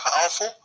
powerful